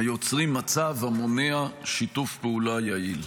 היוצרים מצב המונע שיתוף פעולה יעיל.